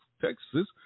Texas